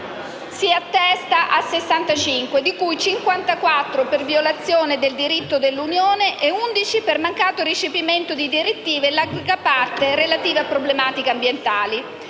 si attesta a 65, di cui 54 per violazione del diritto dell'Unione e 11 per mancato recepimento di direttive, in larga parte relative a problematiche ambientali.